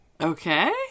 Okay